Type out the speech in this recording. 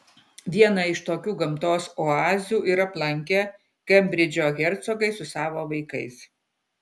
vieną iš tokių gamtos oazių ir aplankė kembridžo hercogai su savo vaikais